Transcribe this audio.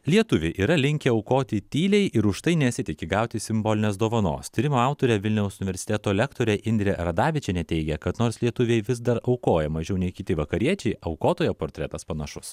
lietuviai yra linkę aukoti tyliai ir už tai nesitiki gauti simbolinės dovanos tyrimo autorė vilniaus universiteto lektorė indrė radavičienė teigia kad nors lietuviai vis dar aukoja mažiau nei kiti vakariečiai aukotojo portretas panašus